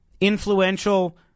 influential